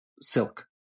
silk